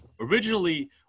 originally